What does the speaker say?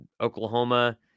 Oklahoma